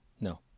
No